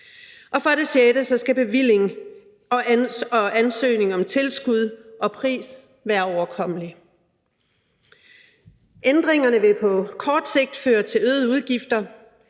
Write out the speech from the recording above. Og for det sjette skal bevilling, ansøgning om tilskud og pris være overkommelig. Ændringerne vil på kort sigt føre til øgede udgifter.